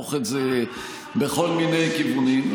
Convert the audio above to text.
להפוך את זה בכל מיני כיוונים.